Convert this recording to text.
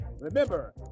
Remember